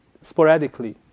sporadically